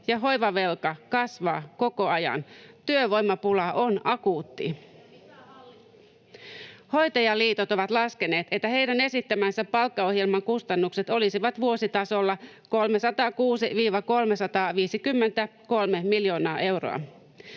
ja hoivavelka kasvaa koko ajan. Työvoimapula on akuutti. [Sanna Antikainen: Ja mitä hallitus tekee!] Hoitajaliitot ovat laskeneet, että heidän esittämänsä palkkaohjelman kustannukset olisivat vuositasolla 306–353 miljoonaa euroa.